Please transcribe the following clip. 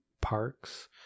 parks